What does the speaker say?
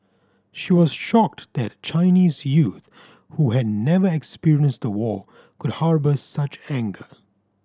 she was shocked that Chinese youth who had never experienced the war could harbour such anger